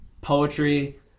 poetry